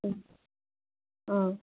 অঁ